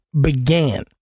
began